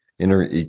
Inner